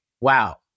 wow